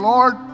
Lord